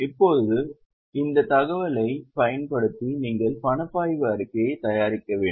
இப்போது இந்த தகவலைப் பயன்படுத்தி நீங்கள் பணப்பாய்வு அறிக்கையைத் தயாரிக்க வேண்டும்